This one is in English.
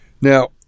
Now